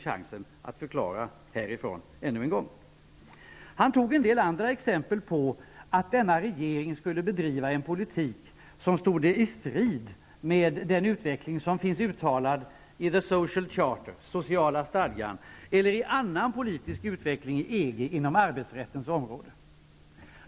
Han tog en del andra exempel på att regeringen skulle bedriva en politik som står i strid med den utveckling som finns uttalad i The social charter, Den sociala stadgan, eller i annan politisk utveckling i EG inom arbetsrättens område.